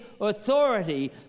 authority